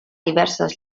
diverses